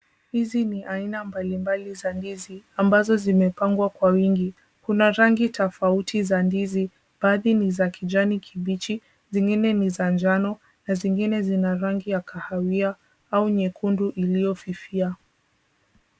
Hizi ni aina mbalimbali za ndizi ambazo zimepangwa kwa wingi. Kuna rangi tofauti za ndizi baadhi ni za kijani kibichi zingine ni za njano na zingine zina rangi ya kahawia au nyekundu iliyofifia.